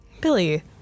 Billy